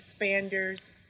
expanders